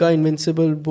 Invincible